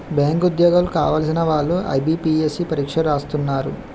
bank ఉద్యోగాలు కావలసిన వాళ్లు ఐబీపీఎస్సీ పరీక్ష రాస్తున్నారు